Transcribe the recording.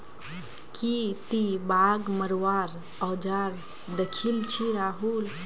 की ती बाघ मरवार औजार दखिल छि राहुल